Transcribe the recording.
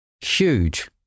Huge